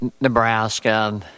Nebraska